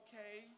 Okay